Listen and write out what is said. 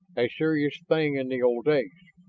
a serious thing in the old days.